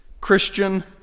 Christian